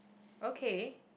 okay